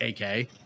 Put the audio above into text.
AK